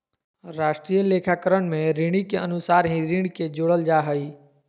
राष्ट्रीय लेखाकरण में ऋणि के अनुसार ही ऋण के जोड़ल जा हइ